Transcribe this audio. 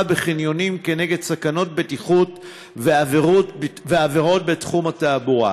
בחניונים נגד סכנות בטיחות ועבירות בתחום התעבורה.